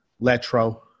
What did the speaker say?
Letro